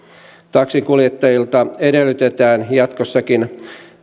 taksinkuljettajilta edellytetään jatkossakin